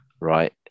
right